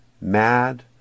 mad